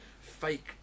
fake